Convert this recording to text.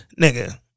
Nigga